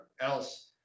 else